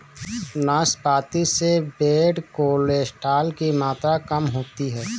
नाशपाती से bad cholesterol की मात्रा कम होती है